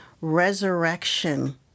resurrection